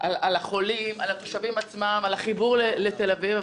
על החולים, על התושבים עצמם, על החיבור לתל אביב.